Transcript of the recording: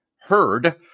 heard